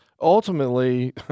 Ultimately